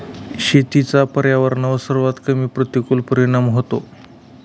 शेतीचा पर्यावरणावर सर्वात कमी प्रतिकूल परिणाम होतो